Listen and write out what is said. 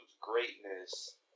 greatness